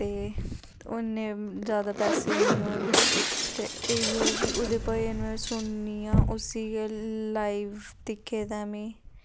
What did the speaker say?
ते ओह् इन्ने जैदा पैसे नेईं होन इयै ऐ कि ओह्दे भजन में सुननी आं उस्सी के लाइव दिक्खे दा ऐ मीं